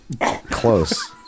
Close